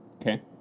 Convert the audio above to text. Okay